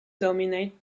dominate